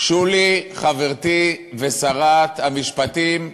שולי, חברתי, ושרת המשפטים,